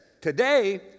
today